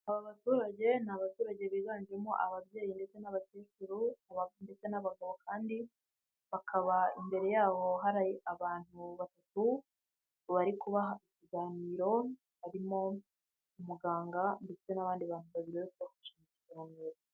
Aba baturage ni abaturage biganjemo ababyeyi ndetse n'abakecuru abapfu ndetse n'abagabo kandi bakaba imbere yabo hari abantu batatu bari kubaganiraho harimo umuganga ndetse n'abandi bamba.